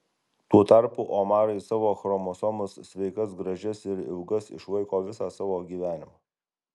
tuo tarpu omarai savo chromosomas sveikas gražias ir ilgas išlaiko visą savo gyvenimą